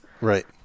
right